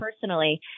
personally